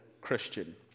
Christian